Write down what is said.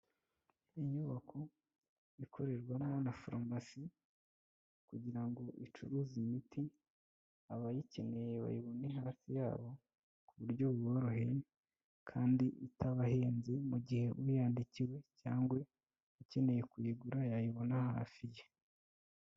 Inyubako ikorerwamo na farumasi kugira ngo icuruze imiti, abayikeneye bayibone hafi yabo ku buryo buboroheye kandi itabahenze. Mu gihe uyandikiwe cyangwa ukeneye kuyigura yayibona hafi ye.